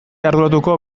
arduratuko